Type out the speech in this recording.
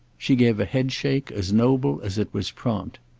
she gave a headshake as noble as it was prompt.